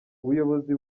ubuyobozi